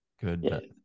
good